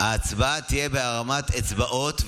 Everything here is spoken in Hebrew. ההצבעה תהיה בהרמת אצבעות,